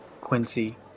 Quincy